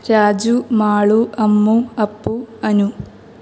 Raju Malu Ammu Appu Anu